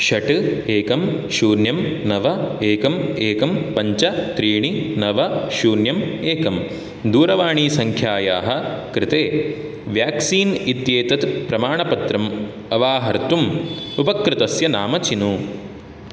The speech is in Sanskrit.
षट् एकं शून्यं नव एकम् एकं पञ्च त्रीणि नव शून्यम् एकं दूरवाणीसङ्ख्यायाः कृते व्याक्सीन् इत्येतत् प्रमाणपत्रम् अवाहर्तुम् उपकृतस्य नाम चिनु